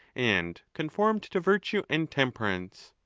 and conformed to virtue and tem perance.